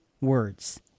words